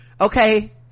Okay